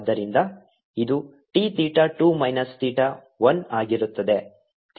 ಆದ್ದರಿಂದ ಇದು t theta 2 minus theta 1 ಆಗಿರುತ್ತದೆ